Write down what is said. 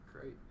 great